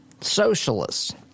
socialists